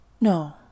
No